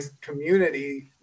community